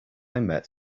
met